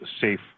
Safe